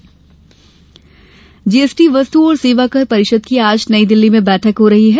GST बैठक GST वस्तु और सेवाकर परिषद की आज नई दिल्ली मे बैठक हो रही है